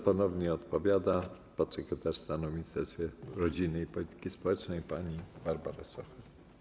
Ponownie odpowiada podsekretarz stanu w Ministerstwie Rodziny i Polityki Społecznej pani Barbara Socha.